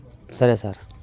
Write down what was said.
సరే సార్